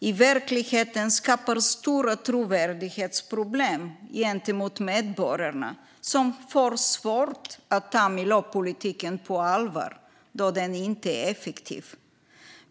i verkligheten skapar stora trovärdighetsproblem gentemot medborgarna, som får svårt att ta miljöpolitiken på allvar då den inte är effektiv.